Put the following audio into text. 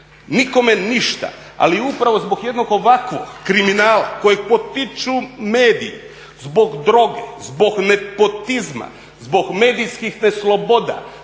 Nikome ništa, ali upravo zbog jednog ovakvog kriminala kojeg potiču mediji zbog droge, zbog nepotizma, zbog medijskih nesloboda